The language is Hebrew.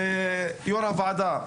יו"ר הוועדה,